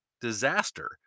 disaster